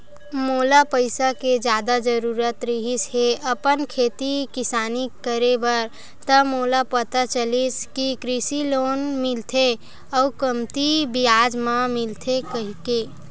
मोला पइसा के जादा जरुरत रिहिस हे अपन खेती किसानी करे बर त मोला पता चलिस कि कृषि लोन मिलथे अउ कमती बियाज म मिलथे कहिके